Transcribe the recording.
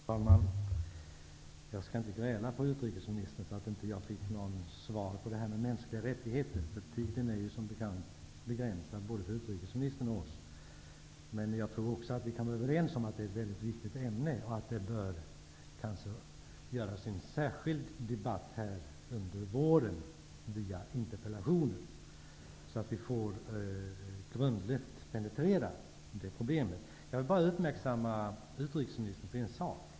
Herr talman! Jag skall inte gräla på utrikesministern för att jag inte fick något svar om mänskliga rättigheter. Tiden är som bekant begränsad både för utrikesministern och för oss andra. Men jag tror att vi kan vara överens om att det är ett väldigt viktigt ämne. Kanske bör det anordnas en särskild debatt under våren via interpellationer, så att vi får grundligt penetrera det problemet. Jag vill bara uppmärksamma utrikesministern på en sak.